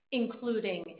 including